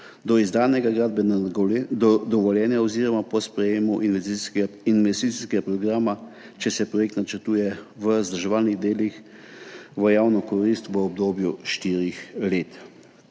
do izdanega gradbenega dovoljenja oziroma po sprejetju investicijskega programa, če se projekt načrtuje v vzdrževalnih delih v javno korist v obdobju štirih let.